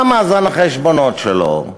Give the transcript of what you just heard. מה מאזן החשבונות שלו,